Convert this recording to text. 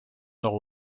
nord